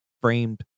framed